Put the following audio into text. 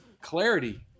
clarity